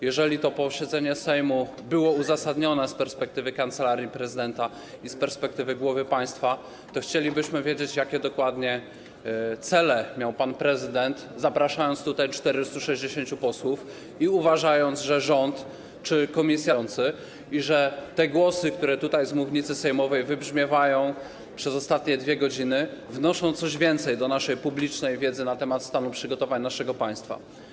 Jeżeli to posiedzenie Sejmu było uzasadnione z perspektywy Kancelarii Prezydenta i z perspektywy głowy państwa, to chcielibyśmy wiedzieć, jakie dokładnie cele miał pan prezydent, zapraszając tutaj 460 posłów i uważając, że rząd czy Komisja Zdrowia pracują w sposób niewystarczający i że te głosy, które tutaj z mównicy sejmowej wybrzmiewają przez ostatnie 2 godziny, wnoszą coś więcej do naszej publicznej wiedzy na temat stanu przygotowań naszego państwa.